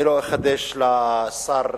אני לא אחדש לשר,